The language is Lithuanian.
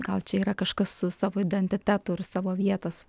gal čia yra kažkas su savo identitetu ir savo vietos